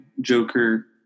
Joker